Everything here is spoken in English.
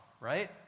right